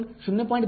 म्हणून०